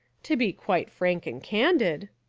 to be quite frank and candid,